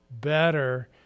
better